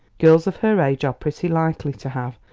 girls of her age are pretty likely to have,